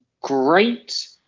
great